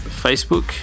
Facebook